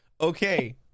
Okay